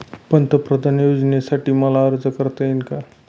पंतप्रधान योजनेसाठी मला अर्ज करता येईल का?